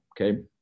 okay